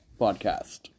podcast